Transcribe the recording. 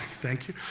thank you.